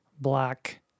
black